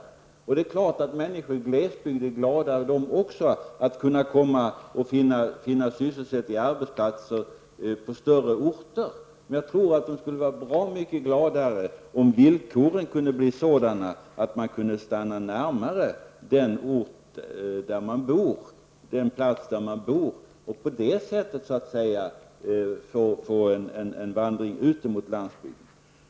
Självfallet är också människorna glesbygden glada över att kunna komma till större orter och finna sysselsättning där. Men jag tror att de skulle vara bra mycket gladare om villkoren kunde bli sådana att de kunde stanna närmare den ort där de bor och att man på det sättet så att säga få en vandring ut mot landsbygden.